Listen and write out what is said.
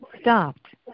stopped